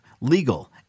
legal